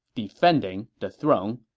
defending the throne.